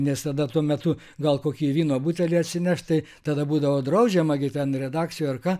nes tada tuo metu gal kokį vyno butelį atsineš tai tada būdavo draudžiama gi ten redakcijoj ar ką